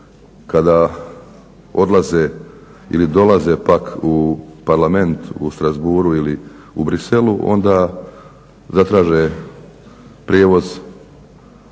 kada odlaze ili dolaze pak u Parlament u Strasbourgu ili u Bruxellesu onda zatraže prijevoz